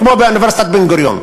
כמו באוניברסיטת בן-גוריון,